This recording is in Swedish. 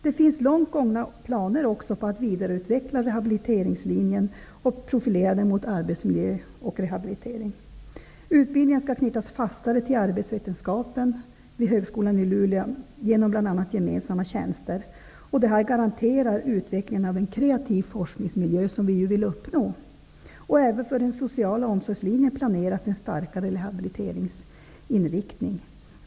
Det finns långt gångna planer på att vidareutveckla rehabiliteringslinjen och profilera den mot arbetsmiljö och rehabilitering. Utbildningen skall knytas fastare till arbetsvetenskapen vid högskolan i Luleå genom gemensamma tjänster. Detta garanterar utvecklingen av en kreativ forskningsmiljö, som vi vill uppnå. Även för sociala omsorgslinjen planeras en starkare rehabiliteringsinriktning.